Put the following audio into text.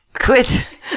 quit